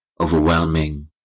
overwhelming